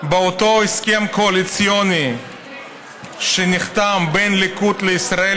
באותו הסכם קואליציוני שנחתם בין הליכוד לישראל